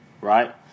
right